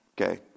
Okay